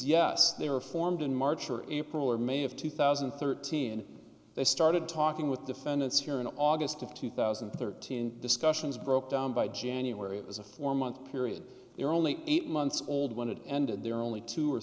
yes they were formed in march or april or may of two thousand and thirteen they started talking with defendants here in august of two thousand and thirteen discussions broke down by january it was a four month period you're only eight months old when it ended there are only two or